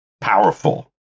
powerful